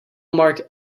mark